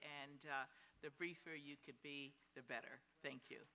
and the brief for you could be the better thank you